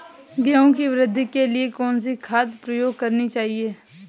गेहूँ की वृद्धि के लिए कौनसी खाद प्रयोग करनी चाहिए?